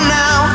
now